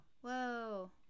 Whoa